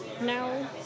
now